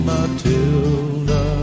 Matilda